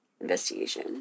investigation